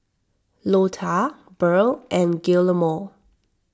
Lotta Burl and Guillermo